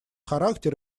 характер